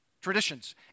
Traditions